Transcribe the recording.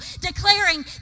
Declaring